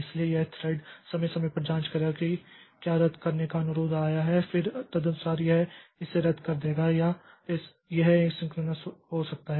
इसलिए यह थ्रेड समय समय पर जाँच करेगा कि क्या रद्द करने का अनुरोध आया है और फिर तदनुसार यह इसे रद्द कर देगा या यह एसिंक्रोनस हो सकता है